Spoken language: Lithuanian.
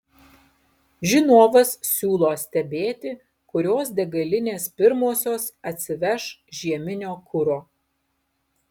žinovas siūlo stebėti kurios degalinės pirmosios atsiveš žieminio kuro